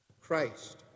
Christ